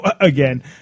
Again